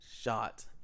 shot